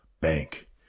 bank